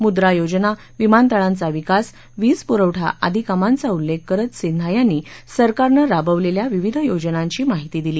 मुद्रा योजना विमानतळांचा विकास वीज पुरवठा आदी कामांचा उल्लेख करत सिन्हा यांनी सरकारनं राबवलेल्या विविध योजनांची माहिती दिली